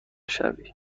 شوی